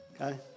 okay